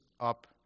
up